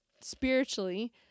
spiritually